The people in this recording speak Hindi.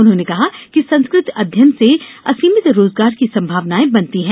उन्होंने कहा कि संस्कृत अध्ययन से असीमित रोजगार की संभावनायें बनती है